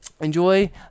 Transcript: enjoy